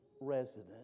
resident